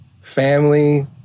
family